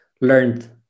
learned